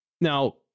Now